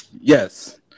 Yes